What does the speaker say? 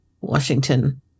Washington